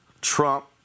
Trump